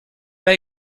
pas